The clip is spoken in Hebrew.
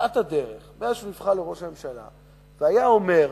בתחילת הדרך, מאז נבחר לראש ממשלה, והיה אומר,